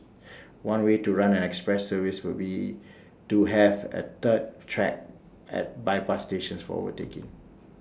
one way to run an express service would be to have A third track at bypass stations for overtaking